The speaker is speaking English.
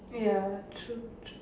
ya true true